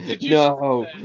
no